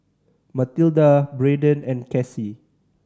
Matilda Brayden and Cassie